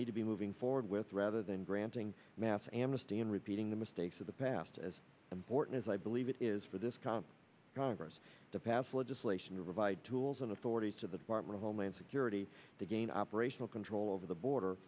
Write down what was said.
need to be moving forward with rather than granting mass amnesty and repeating the mistakes of the past as important as i believe it is for this calm congress to pass legislation to provide tools and authority to the department of homeland security to gain operational control over the border